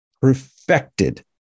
perfected